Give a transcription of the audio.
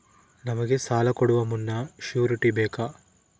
ನಮಗೆ ಸಾಲ ಕೊಡುವ ಮುನ್ನ ಶ್ಯೂರುಟಿ ಬೇಕಾ?